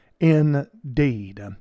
indeed